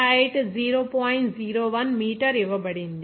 01 metre ఇవ్వబడింది